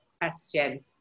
Question